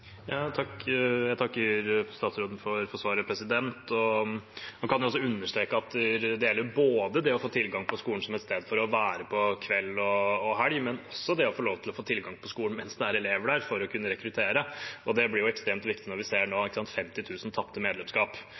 Jeg takker statsråden for svaret og kan understreke at det gjelder både det å få tilgang til skolen som et sted å være på kvelder og i helger, og også det å få tilgang til skolen mens det er elever der, for å kunne rekruttere. Det blir jo ekstremt viktig når man nå ser 50 000 tapte medlemskap. Statsråden kan gjerne også kommentere det. Jeg ønsker i tillegg å stille et spørsmål, for med de 50 000 tapte